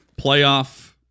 Playoff